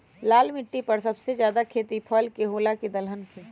लाल मिट्टी पर सबसे ज्यादा खेती फल के होला की दलहन के?